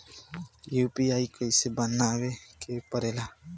UPI कइसे बनावे के परेला?